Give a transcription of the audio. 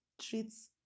treats